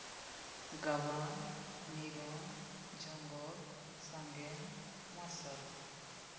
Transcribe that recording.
ᱜᱟᱵᱟᱱ ᱱᱤᱨᱚᱱ ᱡᱚᱝᱜᱚᱞ ᱥᱟᱜᱮᱱ ᱢᱟᱨᱥᱟᱞ